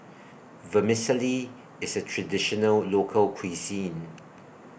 Vermicelli IS A Traditional Local Cuisine